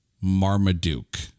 Marmaduke